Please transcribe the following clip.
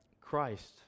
Christ